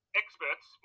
experts